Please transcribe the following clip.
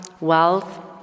wealth